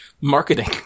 marketing